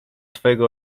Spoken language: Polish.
twego